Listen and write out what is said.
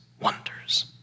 wonders